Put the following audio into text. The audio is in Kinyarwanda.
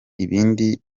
ibindi